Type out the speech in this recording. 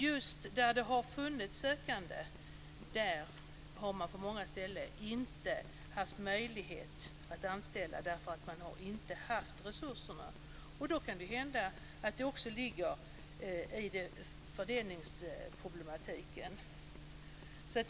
Just där det har funnits sökande har man på många ställen inte haft möjlighet att anställa därför att man inte har haft resurserna. Då kan det hända att detta beror på fördelningsproblematiken.